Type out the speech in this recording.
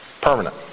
permanent